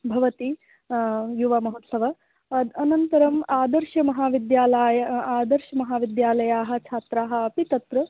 भवति युवमहोत्सव अनन्तरम् आदर्शमहाविद्यालाय आदर्श् महाविद्यालयाः छात्राः अपि तत्र